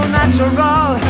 natural